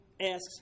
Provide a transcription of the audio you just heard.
asks